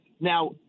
now